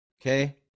Okay